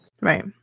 Right